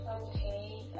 okay